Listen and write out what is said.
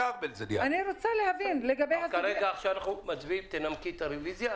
אז כרגע אנחנו מצביעים על הרביזיה.